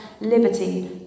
liberty